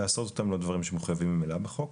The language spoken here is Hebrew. לעשות את אותם הדברים שהם מחויבים ממילא בחוק.